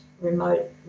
remote